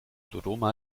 dodoma